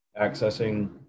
accessing